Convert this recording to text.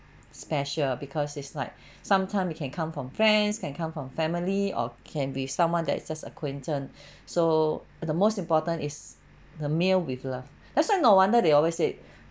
special because is like sometime you can come from friends can come from family or can be someone that is just acquaintance so the most important is the meal with love that's why no wonder they always say